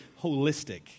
holistic